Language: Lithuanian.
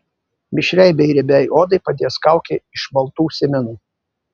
mišriai bei riebiai odai padės kaukė iš maltų sėmenų